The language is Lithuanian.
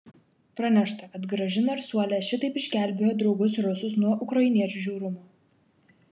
pranešta kad graži narsuolė šitaip išgelbėjo draugus rusus nuo ukrainiečių žiaurumo